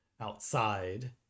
outside